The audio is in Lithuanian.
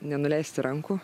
nenuleisti rankų